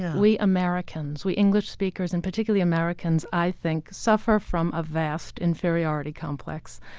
we americans, we english speakers and particularly americans, i think suffer from a vast inferiority complex.